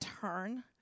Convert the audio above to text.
turn